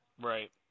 Right